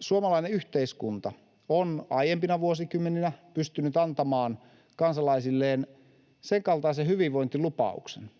Suomalainen yhteiskunta on aiempina vuosikymmeninä pystynyt antamaan kansalaisilleen senkaltaisen hyvinvointilupauksen,